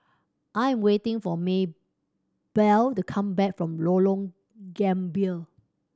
I am waiting for Maybell to come back from Lorong Gambir